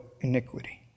iniquity